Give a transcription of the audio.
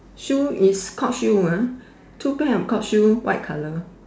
shoe is court shoe ah two pair of court shoe white colour